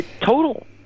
Total